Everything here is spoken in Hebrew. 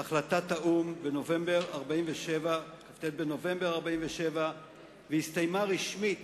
החלטת האו"ם בכ"ט בנובמבר 1947 והסתיימה רשמית